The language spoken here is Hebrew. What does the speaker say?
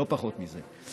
לא פחות מזה.